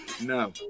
No